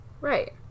Right